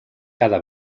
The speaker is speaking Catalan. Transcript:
cada